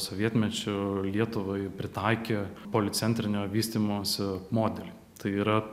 sovietmečiu lietuvai pritaikė policentrinio vystymosi modelį tai yra